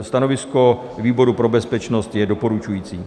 Stanovisko výboru pro bezpečnost je doporučující.